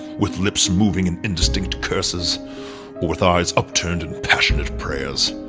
with lips moving in indistinct curses, or with eyes upturned in passionate prayers,